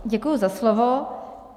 Děkuji za slovo.